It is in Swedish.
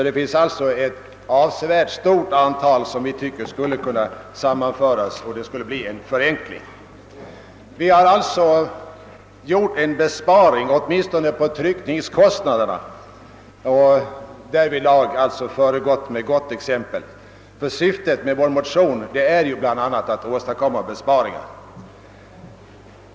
Det är alltså ett avsevärt antal poster som skulle kunna sammanföras, varigenom en förenkling kunde åstadkommas. Vi har således gjort en besparing åtminstone i fråga om tryckningskostnaderna och har därvidlag föregått med gott exempel, eftersom syftet med vår motion ju bl.a. är att åstadkomma besparingar.